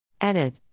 Edit